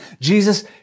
Jesus